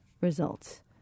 results